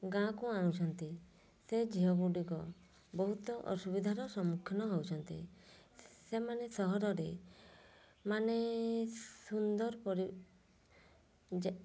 ଗାଁକୁ ଆଣୁଛନ୍ତି ସେ ଝିଅ ଗୁଡ଼ିକ ବହୁତ ଅସୁବିଧାର ସମ୍ମୁଖୀନ ହେଉଛନ୍ତି ସେମାନେ ସହରରେ ମାନେ ସୁନ୍ଦର ଯେ